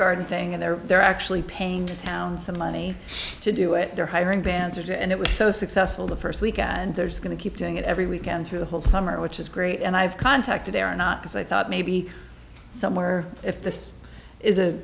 garden thing and they're they're actually paying down some money to do it they're hiring dancers and it was so successful the first week and there's going to keep doing it every weekend through the whole summer which is great and i've contacted are not as i thought maybe somewhere if this is a